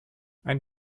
ein